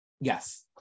yes